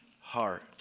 heart